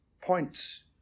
points